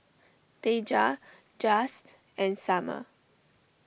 Deja Jase and Summer